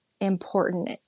important